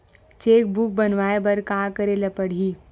Cheque book बनवाय बर का करे ल पड़हि?